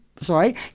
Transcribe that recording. Sorry